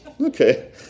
okay